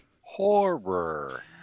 Horror